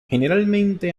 generalmente